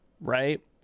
right